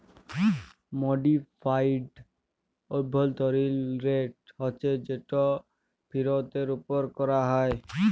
modified অভ্যলতরিল rate হছে যেট ফিরতের উপর ক্যরা হ্যয়